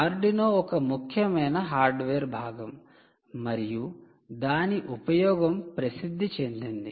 Arduino ఒక ముఖ్యమైన hardware భాగం మరియు దాని ఉపయోగం ప్రసిద్ది చెందింది